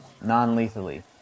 Non-lethally